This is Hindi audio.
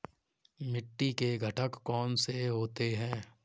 मिट्टी के घटक कौन से होते हैं?